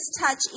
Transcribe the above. touch